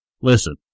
Listen